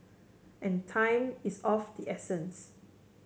and time is of the essence